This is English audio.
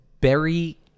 berry